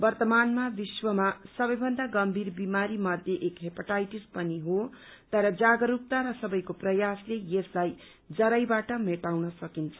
वर्तमानमा विश्वमा सबैभन्दा गम्भीर बिमारी मध्ये एक हेपाटाइटिस पनि हो तर जागस्कता र सबैको प्रयासले यसलाई जरैबाट मेटाउन सकिन्छ